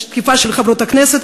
תקיפה של חברות כנסת,